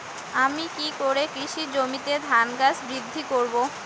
আমি কী করে কৃষি জমিতে ধান গাছ বৃদ্ধি করব?